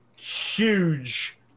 huge